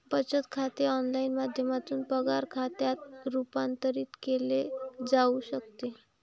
बचत खाते ऑनलाइन माध्यमातून पगार खात्यात रूपांतरित केले जाऊ शकते